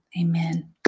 Amen